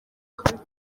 kandi